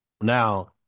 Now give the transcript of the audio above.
Now